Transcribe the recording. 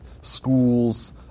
schools